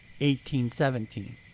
1817